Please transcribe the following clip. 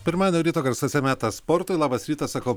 pirmadienio ryto garsuose metas sportui labas rytas sakau